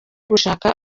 gushaka